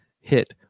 hit